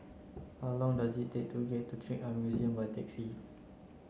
how long does it take to get to Trick Eye Museum by taxi